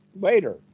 later